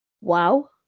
wow